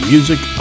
Music